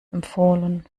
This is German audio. empfohlen